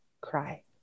cry